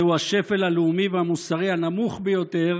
זהו השפל הלאומי והמוסרי הנמוך ביותר